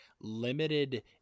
limited